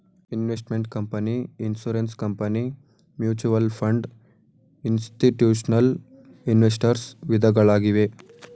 investment company, insurance company, mutual fund, institutional investors ವಿಧಗಳಾಗಿವೆ